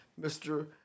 Mr